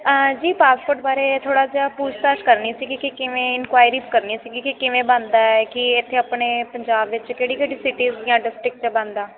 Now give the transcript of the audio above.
ਹਾਂਜੀ ਪਾਸਪੋਰਟ ਬਾਰੇ ਥੋੜ੍ਹਾ ਜਿਹਾ ਪੂਛ ਤਾਸ਼ ਕਰਨੀ ਸੀਗੀ ਕਿ ਕਿਵੇਂ ਇਨਕੁਆਇਰੀ ਕਰਨੀ ਸੀਗੀ ਕਿ ਕਿਵੇਂ ਬਣਦਾ ਹੈ ਕਿ ਇੱਥੇ ਆਪਣੇ ਪੰਜਾਬ ਵਿੱਚ ਕਿਹੜੀ ਕਿਹੜੀ ਸਿਟੀਜ਼ ਜਾਂ ਡਿਸਟ੍ਰਿਕਟ 'ਚ ਬਣਦਾ